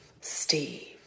Steve